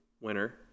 winner